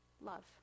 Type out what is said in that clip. Love